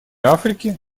африки